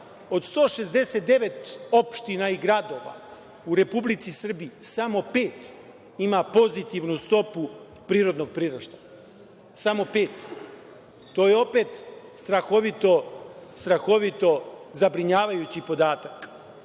Od 169 opština i gradova u Republici Srbiji, samo pet ima pozitivnu stupu prirodnog priraštaja, samo pet. To je opet strahovito zabrinjavajući